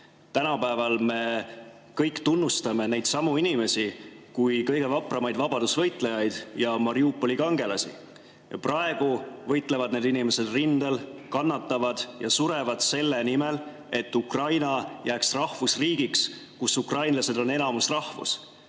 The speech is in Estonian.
Tänapäeval me kõik tunnustame neidsamu inimesi kui kõige vapramaid vabadusvõitlejaid ja Mariupoli kangelasi. Praegu võitlevad need inimesed rindel, kannatavad ja surevad selle nimel, et Ukraina jääks rahvusriigiks, kus ukrainlased on enamusrahvus.